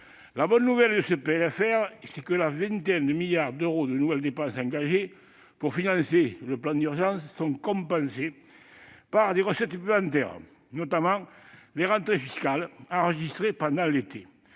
La « bonne nouvelle » de ce PLFR, c'est que la vingtaine de milliards d'euros de nouvelles dépenses qui sont engagées pour financer le plan d'urgence sera compensée par des recettes supplémentaires, notamment les rentrées fiscales enregistrées pendant l'été.